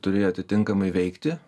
turėjo atitinkamai veikti